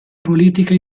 politica